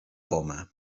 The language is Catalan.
poma